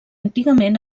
antigament